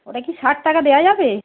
ওটা কি ষাট টাকা দেওয়া যাবে